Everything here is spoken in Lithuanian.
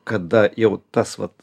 kada jau tas vat